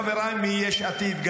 חבריי מיש עתיד,